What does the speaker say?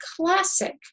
classic